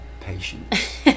patient